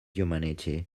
humanity